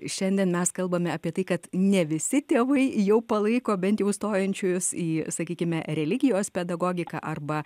šiandien mes kalbame apie tai kad ne visi tėvai jau palaiko bent jau stojančius į sakykime religijos pedagogiką arba